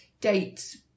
dates